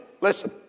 listen